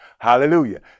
Hallelujah